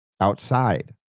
outside